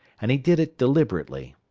and he did it deliberately.